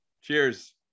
Cheers